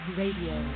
radio